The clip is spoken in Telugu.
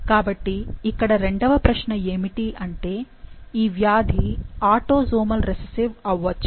కాబట్టి ఇక్కడ రెండవ ప్రశ్న ఏమిటి అంటే "ఈ వ్యాధి ఆటోసోమల్ రిసెసివ్ అవ్వొచ్చా